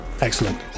excellent